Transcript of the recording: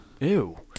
Ew